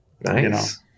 Nice